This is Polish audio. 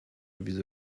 widzę